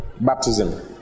Baptism